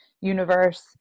universe